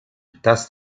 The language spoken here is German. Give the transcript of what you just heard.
das